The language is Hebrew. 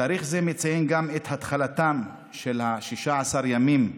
תאריך זה מציין גם את התחלתם של 16 הימים,